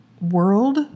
world